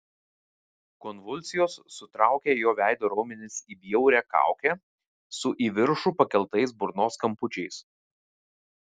konvulsijos sutraukė jo veido raumenis į bjaurią kaukę su į viršų pakeltais burnos kampučiais